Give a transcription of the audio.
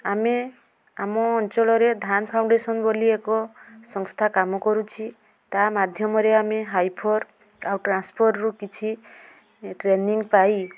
ଆମେ ଆମ ଅଞ୍ଚଳରେ ଧାନ ଫାଉଣ୍ଡେସନ୍ ବୋଲି ଏକ ସଂସ୍ଥା କାମ କରୁଛି ତା' ମାଧ୍ୟମରେ ଆମେ ହାଇଫର୍ ଆଉ ଟ୍ରାନ୍ସଫର୍ରୁ କିଛି ଟ୍ରେନିଂ ପାଇ